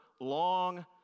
long